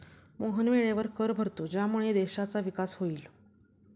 मोहन वेळेवर कर भरतो ज्यामुळे देशाचा विकास होईल